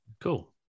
Cool